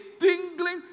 tingling